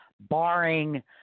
barring